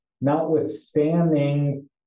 notwithstanding